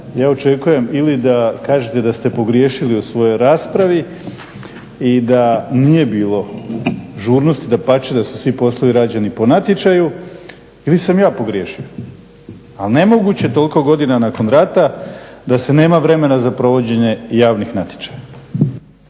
ja očekujem ili da kažete da ste pogriješili u svojoj raspravi i da nije bilo žurnosti, dapače da su svi poslovi rađeni po natječaju ili sam ja pogriješio. Ali nemoguće je toliko godina nakon rata da se nema vremena za provođenje javnih natječaja.